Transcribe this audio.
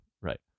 right